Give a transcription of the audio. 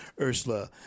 Ursula